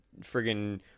friggin